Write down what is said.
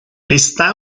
está